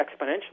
exponentially